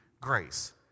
grace